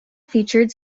featured